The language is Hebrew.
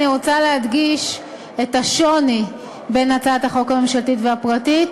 אני רוצה להדגיש את השוני בין הצעת החוק הממשלתית לפרטית.